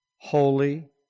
holy